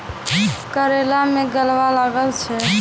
करेला मैं गलवा लागे छ?